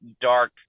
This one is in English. dark